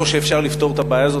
או שאפשר לפתור את הבעיה הזאת.